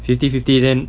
fifty fifty then